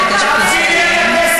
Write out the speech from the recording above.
אתם כל כך פתטיים, אנחנו צריכים את זה?